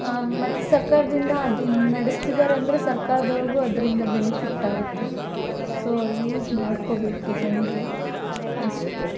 ಮತ್ತು ಸರ್ಕಾರದಿಂದ ಅದನ್ನ ನಡೆಸ್ತಿದ್ದಾರೆ ಅಂದರೆ ಸರ್ಕಾರದವ್ರ್ಗೂ ಅದರಿಂದ ಬೆನಿಫಿಟ್ ಆಗುತ್ತೆ ಸೊ ಯೂಸ್ ಮಾಡ್ಕೋಬೇಕು ಜನರು ಅಷ್ಟೇ